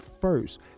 first